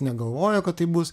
negalvojo kad taip bus